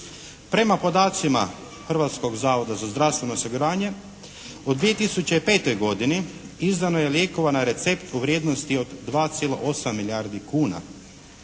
Prema podacima Hrvatskog zavoda za zdravstveno osiguranje u 2005. godini izdano je lijekova na recept u vrijednosti od 2,8 milijardi kuna.